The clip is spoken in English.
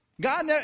God